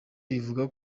rivuga